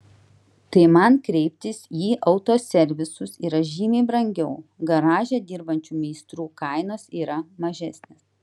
tai man kreiptis į autoservisus yra žymiai brangiau garaže dirbančių meistrų kainos yra mažesnės